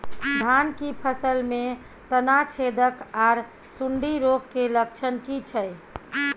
धान की फसल में तना छेदक आर सुंडी रोग के लक्षण की छै?